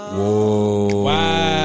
Whoa